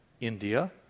India